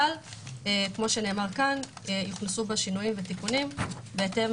אבל כאמור הוכנסו בה שינויים ותיקונים בהתאם